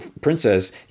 princess